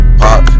pop